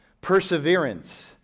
perseverance